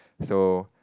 so